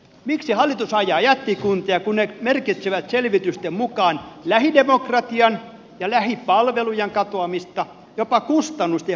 miksi hallitus ajaa jättikuntia kun ne merkitsevät selvitysten mukaan lähidemokratian ja lähipalvelujen katoamista jopa kustannusten ja byrokratian kasvua